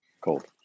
Cold